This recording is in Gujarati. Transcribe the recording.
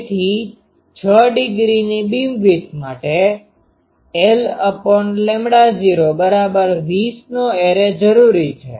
તેથી 6 ડિગ્રીની બીમવિડ્થ માટે L૦20નો એરે જરૂરી છે